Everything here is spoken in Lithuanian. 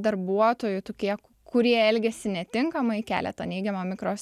darbuotojų tokie kurie elgiasi netinkamai kelia tą neigiamą mikros